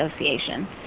Association